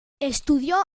estudió